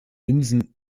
linsen